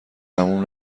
تموم